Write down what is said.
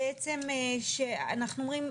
אנחנו אומרים,